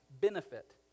benefit